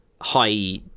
high